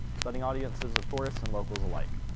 studying audiences of tourists and locals alike.